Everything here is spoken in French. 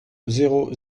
zéro